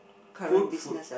food food